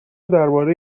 درباره